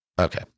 Okay